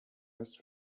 west